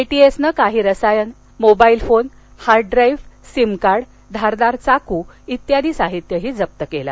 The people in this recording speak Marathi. एटीएसनं काही रसायन mobile phone hard drive SIM card धारदार चाकू इत्यादी साहित्यही जप केलं